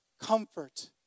comfort